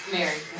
Mary